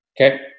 Okay